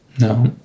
No